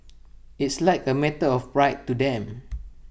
it's like A matter of pride to them